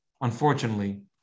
unfortunately